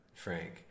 Frank